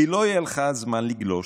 כי לא יהיה לך זמן לגלוש.